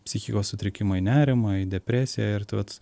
psichikos sutrikimą į nerimą į depresiją ir tai vat